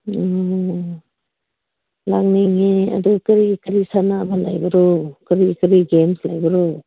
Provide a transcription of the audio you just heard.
ꯎꯝ ꯂꯥꯛꯅꯤꯡꯉꯤ ꯑꯗꯨ ꯀꯔꯤ ꯀꯔꯤ ꯁꯥꯟꯅꯕ ꯂꯩꯕꯔꯣ ꯀꯔꯤ ꯀꯔꯤ ꯒꯦꯝꯁ ꯂꯩꯕꯔꯣ